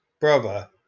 brother